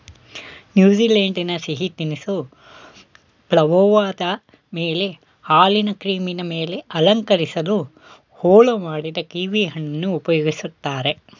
ನ್ಯೂಜಿಲೆಂಡಿನ ಸಿಹಿ ತಿನಿಸು ಪವ್ಲೋವದ ಮೇಲೆ ಹಾಲಿನ ಕ್ರೀಮಿನ ಮೇಲೆ ಅಲಂಕರಿಸಲು ಹೋಳು ಮಾಡಿದ ಕೀವಿಹಣ್ಣನ್ನು ಉಪಯೋಗಿಸ್ತಾರೆ